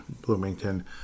Bloomington